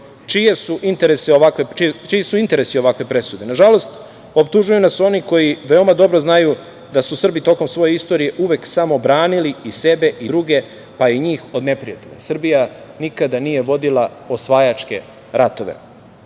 Čiji su interesi ovakve presude. Nažalost, optužuju nas oni koji veoma dobro znaju da su Srbi tokom svoje istorije uvek samo branili sebe i druge, pa i njih od neprijatelja. Srbija nikada nije vodila osvajačke ratove. Nije